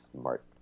smart